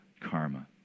karma